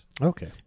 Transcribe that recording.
Okay